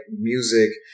music